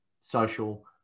social